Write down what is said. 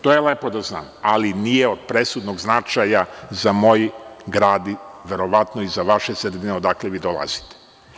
To je lepo da znam ali nije od presudnog značaja za moj grad, verovatno i za vaše sredine odakle vi dolazite.